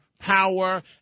power